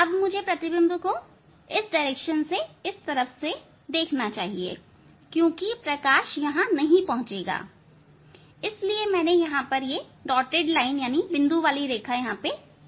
अब मुझे प्रतिबिंब को इस तरफ से देखना चाहिए क्योंकि यह प्रकाश यहां नहीं पहुंचेगा इसलिए मैंने यहां यह बिंदु युक्त रेखा रखी है